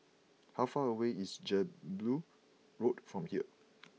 how far away is Jelebu Road from here